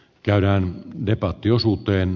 käydään debattiosuuteen